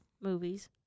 Movies